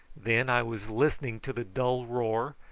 then i was listening to the dull roar,